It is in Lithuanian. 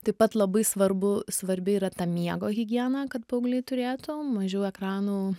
taip pat labai svarbu svarbi yra ta miego higiena kad paaugliai turėtų mažiau ekranų